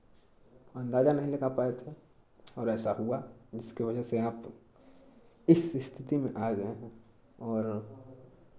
अंदाज़ा नहीं लगा पाए थे और ऐसा हुआ जिसके वजह से आप इस स्थिति में आ गए हैं और